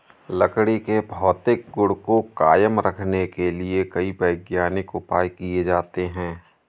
लकड़ी के भौतिक गुण को कायम रखने के लिए कई वैज्ञानिक उपाय किये जाते हैं